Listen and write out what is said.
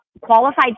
qualified